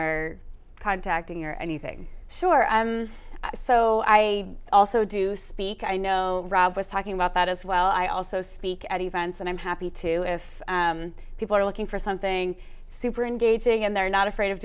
or contacting or anything sure so i also do speak i know rob was talking about that as well i also speak at events and i'm happy to if people are looking for something super engaging and they're not afraid of